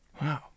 Wow